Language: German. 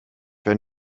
wenn